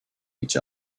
each